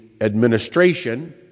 administration